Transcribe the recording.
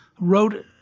wrote